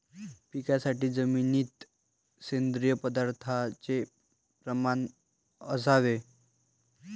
पिकासाठी जमिनीत सेंद्रिय पदार्थाचे प्रमाण असावे